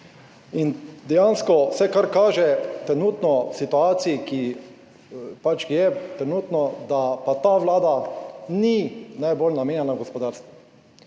In dejansko vse kar kaže trenutno v situaciji, ki pač je trenutno, da pa ta Vlada ni najbolj namenjena gospodarstvu,